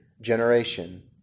generation